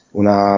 una